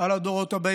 על הדורות הבאים,